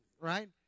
Right